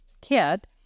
kit